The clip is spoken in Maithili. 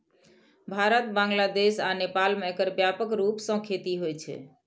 भारत, बांग्लादेश आ नेपाल मे एकर व्यापक रूप सं खेती होइ छै